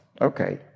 Okay